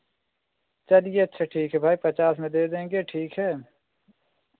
चलिए अच्छा ठीक है भाई पचास में दे देंगे ठीक है